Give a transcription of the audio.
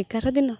ଏଗାର ଦିନ